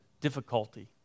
difficulty